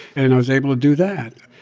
and i was able to do that.